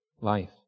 life